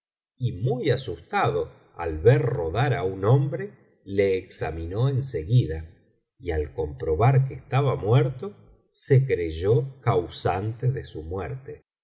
y muy asustado al ver rodar á un hombre le examinó en segidá y al comprobar que estaba muerto se creyó causante de su muerte